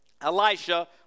Elisha